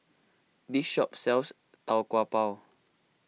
this shop sells Tau Kwa Pau